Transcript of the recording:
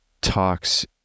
talks